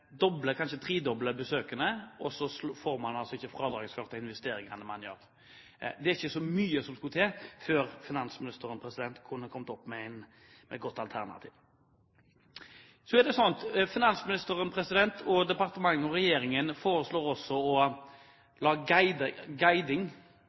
kanskje tredoblet, besøkene, og så får man ikke fradragsført investeringene man har gjort. Det er ikke så mye som skal til før finansministeren kan komme opp med et godt alternativ. Finansministeren, departementet og regjeringen foreslår også å